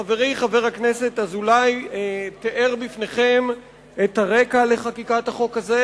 חברי חבר הכנסת אזולאי תיאר לפניכם את הרקע לחקיקת החוק הזה,